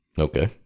Okay